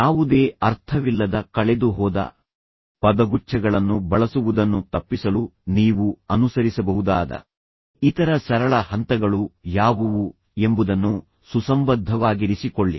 ಯಾವುದೇ ಅರ್ಥವಿಲ್ಲದ ಕಳೆದುಹೋದ ಪದಗುಚ್ಛಗಳನ್ನು ಬಳಸುವುದನ್ನು ತಪ್ಪಿಸಲು ನೀವು ಅನುಸರಿಸಬಹುದಾದ ಇತರ ಸರಳ ಹಂತಗಳು ಯಾವುವು ಎಂಬುದನ್ನು ಸುಸಂಬದ್ಧವಾಗಿರಿಸಿಕೊಳ್ಳಿ